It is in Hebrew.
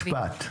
משפט.